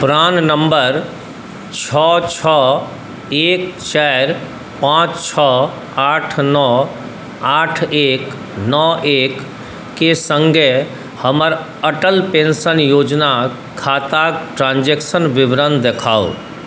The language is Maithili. प्राण नम्बर छओ छओ एक चारि पाँच छओ आठ नओ आठ एक नओ एक के सङ्गे हमर अटल पेंशन योजना खाताक ट्रांजेक्शन विवरण देखाउ